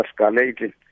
escalating